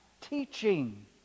teaching